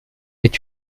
est